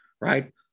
right